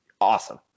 awesome